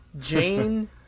Jane